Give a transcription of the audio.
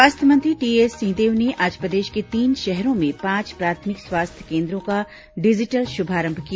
स्वास्थ्य मंत्री टीएस सिंहदेव ने आज प्रदेश के तीन शहरों में पांच प्राथमिक स्वास्थ्य केन्द्रों का डिजिटल शुभारंभ किया